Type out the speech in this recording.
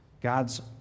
God's